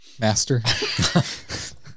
Master